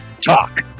Talk